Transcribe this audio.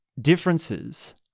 differences